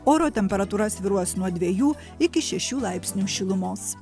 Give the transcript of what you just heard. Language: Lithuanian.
oro temperatūra svyruos nuo dviejų iki šešių laipsnių šilumos